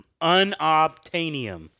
Unobtainium